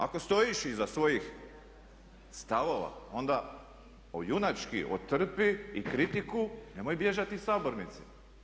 Ako stojiš iza svojih stavova, onda junački otrpi i kritiku, nemoj bježat iz sabornice.